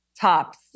tops